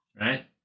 Right